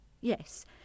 Yes